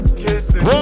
kissing